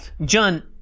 John